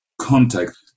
contact